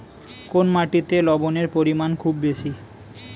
কোন মাটিতে লবণের পরিমাণ খুব বেশি?